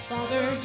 Father